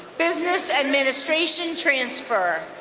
business administration transfer.